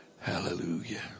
hallelujah